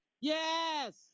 Yes